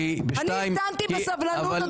אני עוד מדברת.